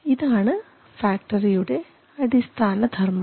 ഇതാണ് ഫാക്ടറിയുടെ അടിസ്ഥാന ധർമ്മം